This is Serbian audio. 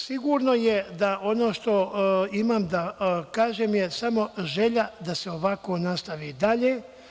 Sigurno je da ono što imam da kažem je samo želja da se ovako nastavi dalje.